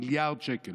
17 מיליארד שקל